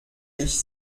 ich